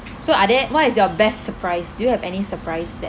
so are there what is your best surprise do you have any surprise that